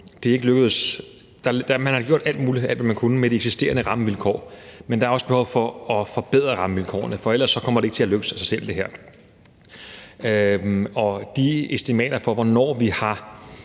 Region Sjælland. Man har gjort alt muligt, alt, hvad man kunne, med de eksisterende rammevilkår, men der er også behov for at forbedre rammevilkårene, for ellers kommer det her ikke til at lykkes, ikke af sig selv. Ifølge estimaterne for, hvornår der